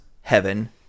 Heaven